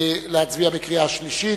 להצביע בקריאה שלישית.